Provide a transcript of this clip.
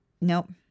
nope